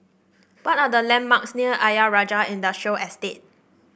what are the landmarks near Ayer Rajah Industrial Estate